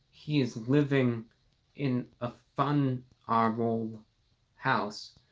he is living in a fun our old house,